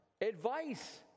advice